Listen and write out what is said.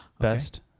Best